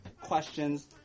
questions